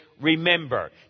remember